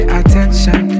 attention